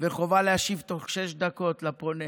וחובה להשיב בתוך שש דקות לפונה.